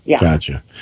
Gotcha